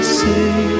say